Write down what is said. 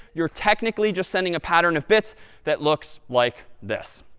you're technically just sending a pattern of bits that looks like this.